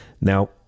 Now